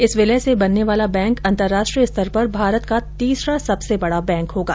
इस विलय से बनने वाला बैंक अंतर्राष्ट्रीय स्तर पर भारत का तीसरा सबसे बड़ा बैंक होगा